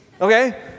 okay